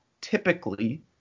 typically